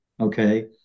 Okay